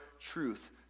truth